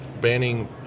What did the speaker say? banning